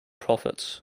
prophets